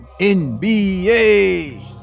NBA